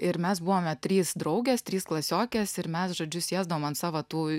ir mes buvome trys draugės trys klasiokės ir mes žodžiu sėsdavom ant savo tų